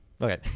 Okay